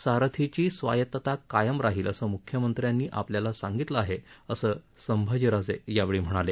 सारथीची स्वायतता कायम राहील असं म्ख्यमंत्र्यांनी आपल्याला सांगितलं आहे असं संभाजीराजे यावेळी म्हणाले